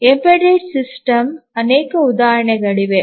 embedded ಸಿಸ್ಟಮ್ಗೆ ಅನೇಕ ಉದಾಹರಣೆಗಳಿವೆ